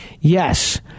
Yes